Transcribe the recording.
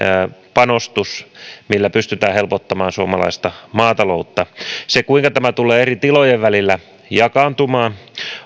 panostus millä pystytään helpottamaan suomalaista maataloutta se kuinka tämä tulee eri tilojen välillä jakaantumaan